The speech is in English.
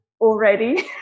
already